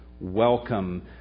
welcome